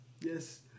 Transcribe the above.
Yes